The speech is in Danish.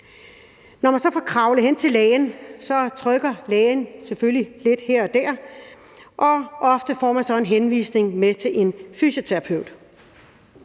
Når man så får kravlet hen til lægen, trykker lægen selvfølgelig lidt her og der, og ofte får man så en henvisning med til en fysioterapeut.